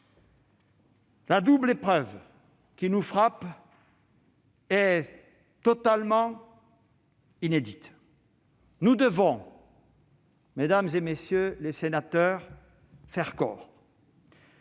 La double épreuve qui nous frappe est totalement inédite. Nous devons, mesdames, messieurs les sénateurs, faire corps.